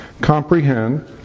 comprehend